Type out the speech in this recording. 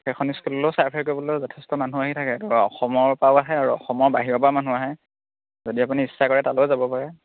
সেইখন স্কুললৈ চাৰ্ভে কৰিবলৈও যথেষ্ট মানুহ আহি থাকে ধৰক অসমৰ পৰাও আহে আৰু অসমৰ বাহিৰৰ পৰাও মানুহ আহে যদি আপুনি ইচ্ছা কৰে তালৈও যাব পাৰে